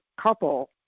couple